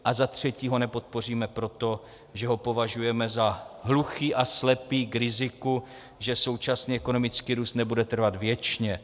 A za třetí ho nepodpoříme proto, že ho považujeme za hluchý a slepý k riziku, že současný ekonomický růst nebude trvat věčně.